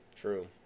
True